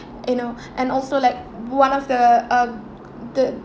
you know and also like one of the um the